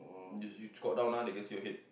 which is you squat down ah they can see your head